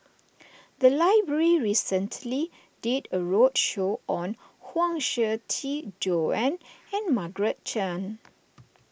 the library recently did a roadshow on Huang Shiqi Joan and Margaret Chan